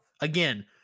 again